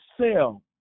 sell